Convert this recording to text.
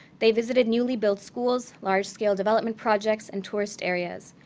they visited newly-built schools, large-scale development projects, and tourist areas.